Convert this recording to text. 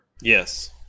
Yes